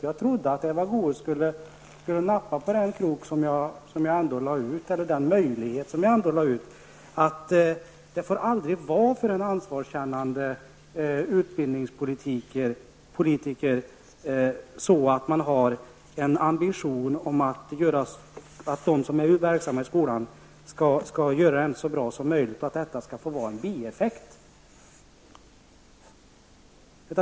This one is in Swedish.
Jag trodde att Eva Goe s skulle nappa på den krok som jag lade ut. En ansvarskännande politiker får nämligen aldrig ha ambition att de som nu är verksamma i skolan skall göra den så bra som möjligt och att detta skall vara en bieffekt.